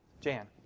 Jan